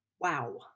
wow